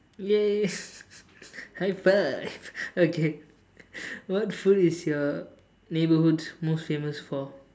!yay! high five okay what food is your neighborhood most famous for